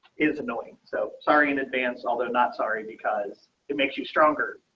is annoying so sorry in advance. all they're not sorry because it makes you stronger,